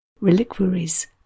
reliquaries